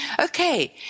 Okay